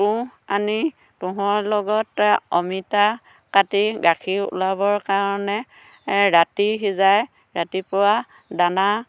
তুঁহ আনি তুঁহৰ লগত অমিতা কাটি গাখীৰ ওলাবৰ কাৰণে ৰাতি সিজাই ৰাতিপুৱা দানা